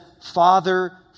Father